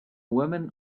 woman